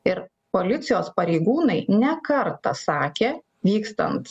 ir policijos pareigūnai ne kartą sakė vykstant